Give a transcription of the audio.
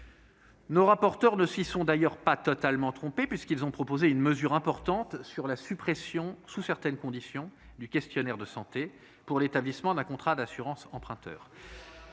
Nos rapporteurs ne s'y sont d'ailleurs pas totalement trompés, puisqu'ils ont proposé une mesure importante sur la suppression, sous certaines conditions, du questionnaire de santé pour l'établissement d'un contrat d'assurance emprunteur.